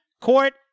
Court